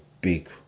big